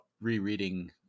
rereading